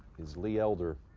is lee elder